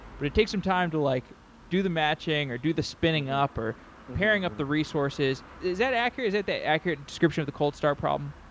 but it takes some time to like do the matching or do the spinning up or pairing up the resources. is that accurate? is it an accurate and description of the cold start problem?